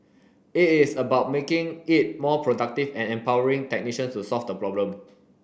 it is about making it more productive and empowering technician to solve the problem